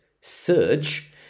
surge